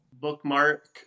bookmark